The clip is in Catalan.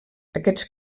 aquests